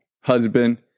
husband